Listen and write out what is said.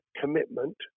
commitment